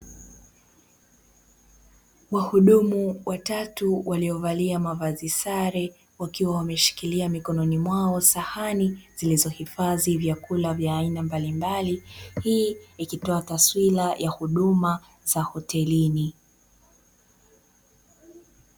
Wahudumu watatu waliovalia mavazi sare wakiwa wameshikilia mikononi mwao sahani zilizohifadhi vyakula mbalimbali, hii ikitoa taswira ya huduma za hotelini.